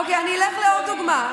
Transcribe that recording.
אוקיי, אני אתן עוד דוגמה.